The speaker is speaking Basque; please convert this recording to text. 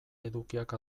edukiak